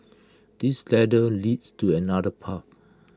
this ladder leads to another path